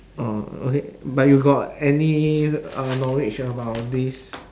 oh okay but you got any uh knowledge about this